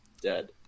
Dead